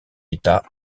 état